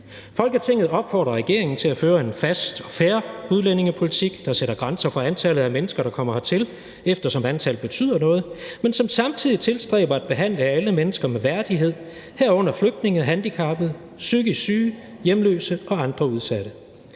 Folketinget opfordrer regeringen til at føre en fast og fair udlændingepolitik, der sætter grænser for antallet af mennesker, der kommer hertil, eftersom antal betyder noget, men som samtidig tilstræber at behandle alle mennesker med værdighed, herunder flygtninge, handicappede, psykisk syge, hjemløse og andre udsatte.